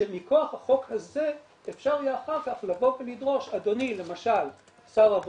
שמכוח החוק הזה אפשר יהיה אחר כך לבוא ולדרוש למשל "אדוני שר הבריאות,